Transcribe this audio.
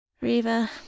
Riva